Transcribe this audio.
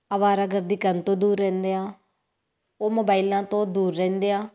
ਅਵਾਰਾਗਰਦੀ ਕਰਨ ਤੋਂ ਦੂਰ ਰਹਿੰਦੇ ਆ ਉਹ ਮੋਬਾਈਲਾਂ ਤੋਂ ਦੂਰ ਰਹਿੰਦੇ ਆ